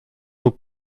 nous